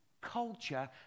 culture